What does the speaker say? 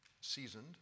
seasoned